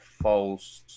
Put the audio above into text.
False